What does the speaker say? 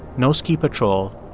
no ski patrol,